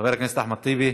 חבר הכנסת אחמד טיבי.